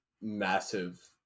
massive